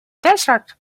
desert